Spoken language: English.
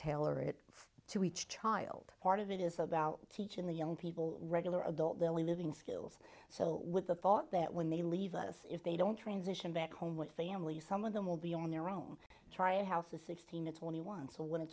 tailor it to each child part of it is about teaching the young people regular adult daily living skills so with the thought that when they leave us if they don't transition back home with family some of them will be on their own try a house with sixteen to twenty one so when